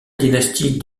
dynastie